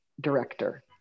director